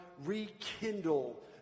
rekindle